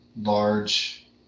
large